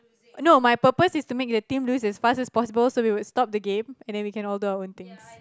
no my purpose is to make the team to lose as fast as possible so we would stop the game and then we can all do our own thing